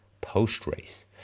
post-race